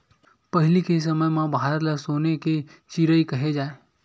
पहिली के समे म भारत ल सोन के चिरई केहे जाए